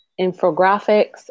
infographics